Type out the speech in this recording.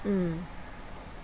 mm